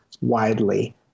widely